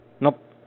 Nope